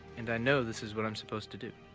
and i know this is what i'm supposed to do.